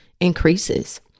increases